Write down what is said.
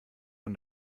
von